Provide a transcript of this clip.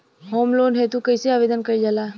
Home loan हेतु कइसे आवेदन कइल जाला?